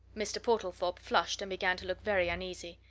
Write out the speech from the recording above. mr. portlethorpe flushed and began to look very uneasy.